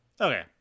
Okay